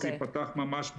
זה ייפתח ממש,